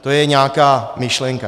To je nějaká myšlenka.